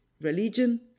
religion